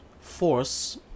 force